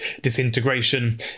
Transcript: disintegration